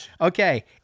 Okay